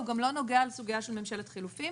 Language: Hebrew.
הוא גם לא נוגע לסוגיה של ממשלת חילופים.